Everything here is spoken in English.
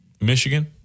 Michigan